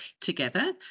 together